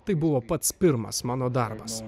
tai buvo pats pirmas mano darbas